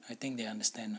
I think they understand